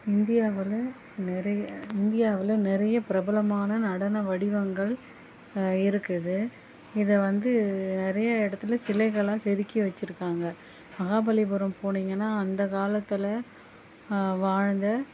இந்தியாவில் நிறைய இந்தியாவில் நிறைய பிரபலமான நடன வடிவங்கள் இருக்குது இதை வந்து நிறைய இடத்துல சிலைகள்லாம் செதுக்கி வச்சுருக்காங்க மகாபலிபுரம் போனீங்கன்னால் அந்த காலத்தில் வாழ்ந்த